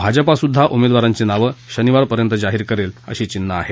भाजपा सुद्धा उमेदवारांची नावं शनिवारपर्यंत जाहीर करेल अशी चिन्हं आहेत